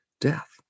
death